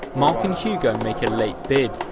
mark and hugo make a late bid.